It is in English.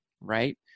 right